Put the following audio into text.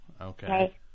Okay